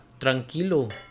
Tranquilo